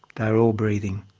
they were all breathing.